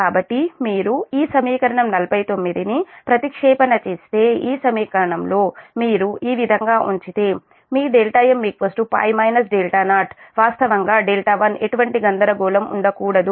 కాబట్టి మీరు ఈ సమీకరణం 49 కు ప్రతిక్షేపణ చేస్తే ఈ సమీకరణంలో మీరు ఈ విధంగా ఉంచితే మీ δm π 0వాస్తవంగా 1 ఎటువంటి గందరగోళం ఉండకూడదు